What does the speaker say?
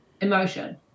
emotion